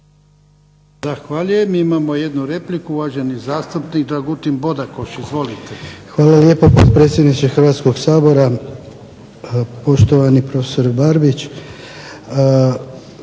Hvala lijepo potpredsjedniče Hrvatskoga sabora, poštovani profesore BArbić.